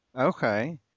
Okay